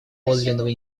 подлинного